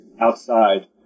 outside